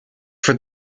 for